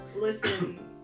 Listen